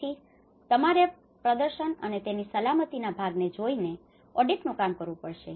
તેથી તમારે પ્રદર્શન અને તેના સલામતીના ભાગને જોઇને ઑડિટનું કામ કરવું પડશે